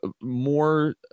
more